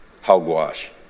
Hogwash